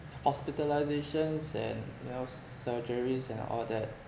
hospitalisations and well surgeries and all that